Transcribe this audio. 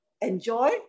enjoy